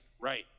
Right